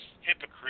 hypocrite